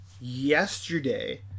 yesterday